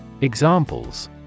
Examples